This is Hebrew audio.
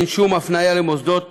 אין שום הפניה למוסדות